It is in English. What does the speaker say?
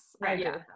right